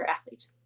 athlete